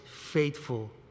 faithful